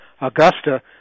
Augusta